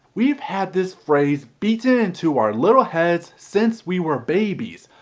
we've had this phrase beaten into our little heads since we were babies,